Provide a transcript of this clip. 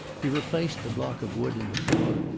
he replaced the block of wood in the floor,